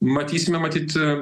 matysime matyt